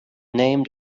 name